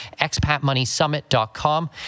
expatmoneysummit.com